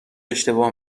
اشتباه